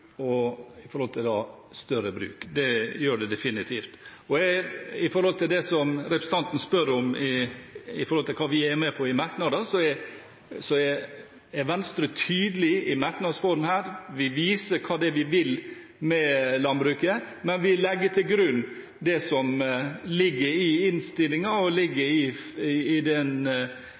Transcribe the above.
og opp mot større bruk. Det gjør det definitivt. Når det gjelder det som representanten spør om med hensyn til hva vi er med på i merknader, er Venstre tydelig i merknads form her. Vi viser hva vi vil med landbruket, men vi legger til grunn det som ligger i innstillingen og